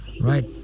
Right